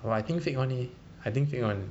!wah! I think fake [one] eh I think fake [one]